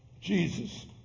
Jesus